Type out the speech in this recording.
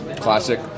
classic